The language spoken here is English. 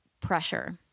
pressure